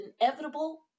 inevitable